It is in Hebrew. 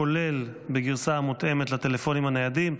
כולל בגרסה המותאמת לטלפונים הניידים.